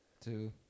Two